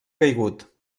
caigut